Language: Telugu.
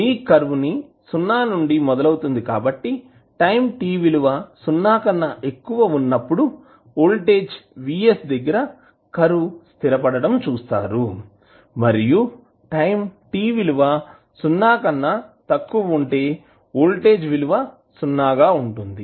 మీ కర్వ్ ని 0 నుండి మొదలవుతుంది కాబట్టి టైం t విలువ సున్నా కన్నా ఎక్కువ వున్నప్పుడు వోల్టేజ్ V S దగ్గర కర్వ్ స్థిరపడటం చూసారు మరియు టైం t విలువ సున్నా కన్నా తక్కువగా ఉంటే వోల్టేజ్ విలువ 0 గా ఉంటుంది